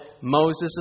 Moses